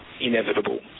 inevitable